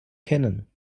kennen